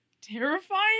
Terrifying